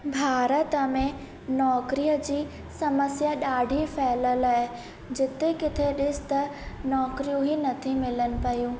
भारत में नौकरीअ जी समस्या ॾाढी फैलियल आहे जिते किथे ॾिस त नौकरियूं ई न थियूं मिलनि पयूं